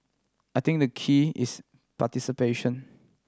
I think the key is participation